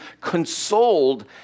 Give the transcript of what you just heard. consoled